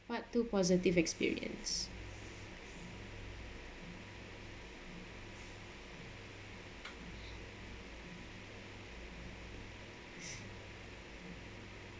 part two positive experience